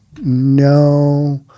no